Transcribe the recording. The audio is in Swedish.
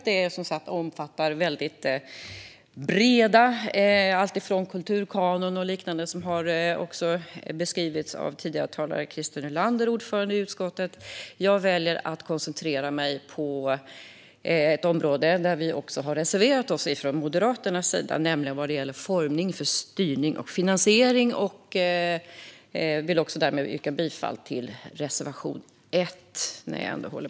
Det omfattar väldigt breda frågor, som kulturkanon och liknande, så som har beskrivits av den tidigare talaren Christer Nylander, ordförande i utskottet. Jag väljer att koncentrera mig på ett område där vi från Moderaternas sida har reserverat oss, nämligen formerna för styrning och finansiering. Jag vill därmed också yrka bifall till reservation 1.